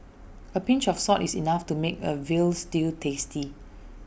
A pinch of salt is enough to make A Veal Stew tasty